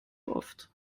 oft